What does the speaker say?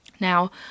Now